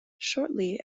shortly